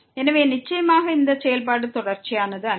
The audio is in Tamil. எனவே நிச்சயமாக இந்த செயல்பாடு தொடர்ச்சியானது அல்ல